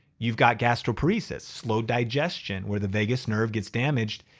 you've got gastroparesis, slow digestion where the vagus nerve gets damaged.